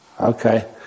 Okay